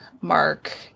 mark